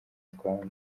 twanga